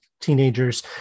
teenagers